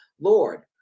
Lord